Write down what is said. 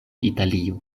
italio